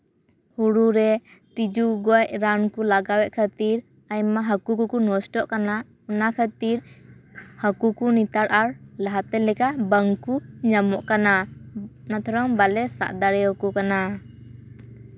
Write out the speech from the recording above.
ᱦᱳᱲᱳ ᱨᱮ ᱛᱤᱡᱩᱜᱚᱡ ᱨᱟᱱ ᱠᱚ ᱞᱟᱜᱟᱣᱮᱫ ᱠᱷᱟᱹᱛᱤᱨ ᱟᱭᱢᱟ ᱦᱟᱹᱠᱩ ᱠᱚᱠᱚ ᱱᱚᱥᱴᱚᱜ ᱠᱟᱱᱟ ᱚᱱᱟ ᱠᱟᱹᱛᱤᱨ ᱦᱟᱹᱠᱩ ᱠᱚ ᱱᱮᱛᱟᱨ ᱟᱨ ᱞᱟᱦᱟᱛᱮᱱ ᱞᱮᱠᱟ ᱵᱟᱝᱠᱩ ᱧᱟᱢᱚᱜ ᱠᱟᱱᱟ ᱚᱱᱟ ᱛᱮᱲᱚᱝ ᱵᱟᱞᱮ ᱥᱟᱵ ᱫᱟᱲᱮᱭᱟᱠᱚ ᱠᱟᱱᱟ